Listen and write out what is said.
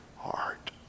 heart